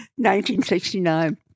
1969